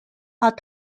are